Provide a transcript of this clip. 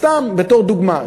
סתם בתור דוגמה,